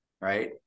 right